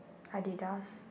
Adidas